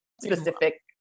specific